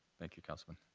thank you, councilmember.